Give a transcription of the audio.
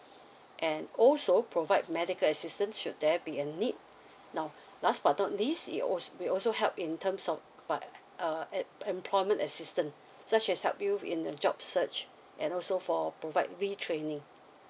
and also provide medical assistance should there be a need now last but not least it als~ we also help in terms of what a at employment assistance such as help you in the job search and also for provide the training